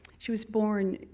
she was born,